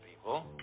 people